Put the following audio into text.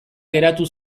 geratu